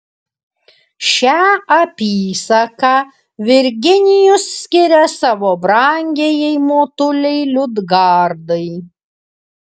šią apysaką virginijus skiria savo brangiajai motulei liudgardai